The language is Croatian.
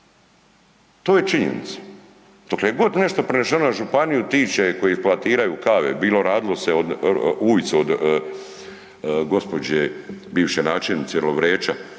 To je činjenica.